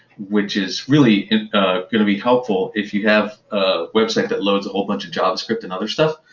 which is really going to be helpful if you have a website that loads a whole bunch of javascript and other stuff.